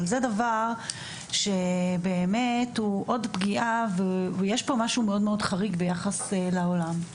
אבל זה דבר באמת שהוא עוד פגיעה ויש פה משהו מאוד מאוד חריג ביחס לעולם.